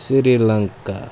sri Lanka